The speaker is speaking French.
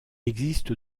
existe